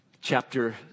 chapter